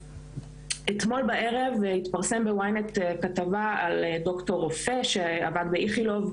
אתמול בערב התפרסמה ב-YNET כתבה על ד"ר רופא שעבד באיכילוב,